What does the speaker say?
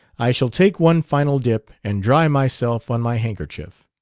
i shall take one final dip and dry myself on my handkerchief.